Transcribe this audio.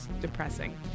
depressing